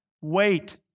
Wait